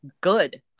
good